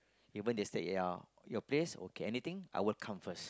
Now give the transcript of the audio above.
even they stay at you your place okay anything I will come first